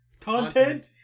content